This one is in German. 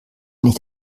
nicht